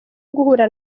guhura